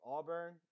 Auburn